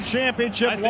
Championship